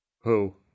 Who